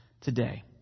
today